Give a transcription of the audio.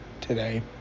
today